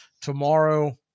Tomorrow